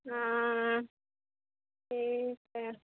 ہاں ٹھیک ہے